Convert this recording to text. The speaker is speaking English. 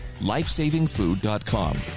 lifesavingfood.com